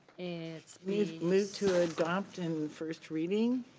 it's moved moved to adopt in first reading.